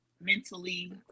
mentally